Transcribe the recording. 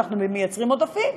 אנחנו מייצרים עודפים.